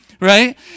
right